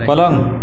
पलंग